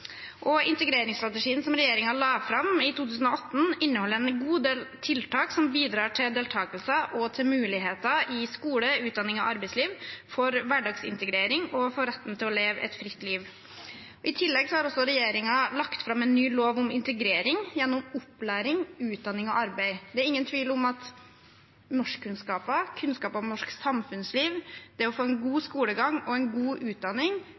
la fram i 2018, inneholder en god del tiltak som bidrar til deltakelse og til muligheter i skole, utdanning og arbeidsliv, for hverdagsintegrering og for retten til å leve et fritt liv. I tillegg har regjeringen lagt fram en ny lov om integrering gjennom opplæring, utdanning og arbeid. Det er ingen tvil om at norskkunnskaper, kunnskap om norsk samfunnsliv, det å få en god skolegang og en god utdanning